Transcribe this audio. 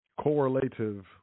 Correlative